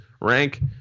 rank